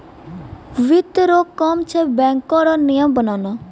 वित्त रो काम छै बैको रो नियम बनाना